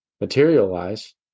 materialize